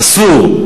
אסור.